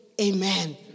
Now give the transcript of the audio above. Amen